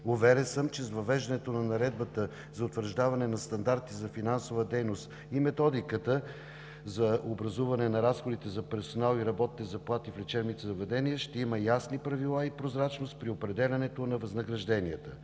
Уверен съм, че с въвеждането на Наредбата за утвърждаване на стандарти за финансова дейност и Методиката за образуване на разходите за персонал и работните заплати в лечебните заведения ще има ясни правила и прозрачност при определянето на възнагражденията.